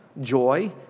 joy